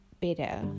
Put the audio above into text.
better